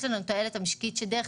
יש לנו את התועלת המשקית שאנחנו מגדילים